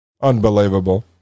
Unbelievable